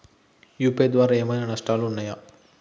UPI ద్వారా ఏమైనా నష్టాలు ఉన్నయా?